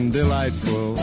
delightful